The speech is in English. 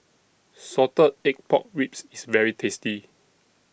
Salted Egg Pork Ribs IS very tasty